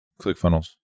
ClickFunnels